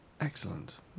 Excellent